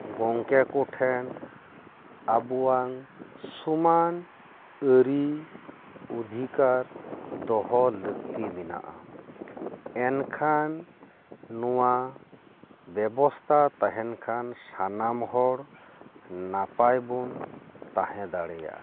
ᱜᱚᱝᱠᱮ ᱠᱚᱴᱷᱮᱱ ᱟᱵᱚᱣᱟᱜ ᱥᱚᱢᱟᱱ ᱟᱹᱨᱤ ᱚᱫᱷᱤᱠᱟᱨ ᱫᱚᱦᱚ ᱞᱟᱹᱠᱛᱤ ᱢᱮᱱᱟᱜᱼᱟ ᱮᱱ ᱠᱷᱟᱱ ᱱᱚᱶᱟ ᱵᱮᱵᱚᱥᱛᱷᱟ ᱛᱟᱦᱮᱸᱱ ᱠᱷᱟᱱ ᱥᱟᱱᱟᱢ ᱦᱚᱲ ᱱᱟᱯᱟᱭ ᱵᱚᱱ ᱛᱟᱦᱮᱸ ᱫᱟᱲᱮᱭᱟᱜᱼᱟ